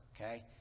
okay